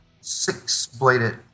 six-bladed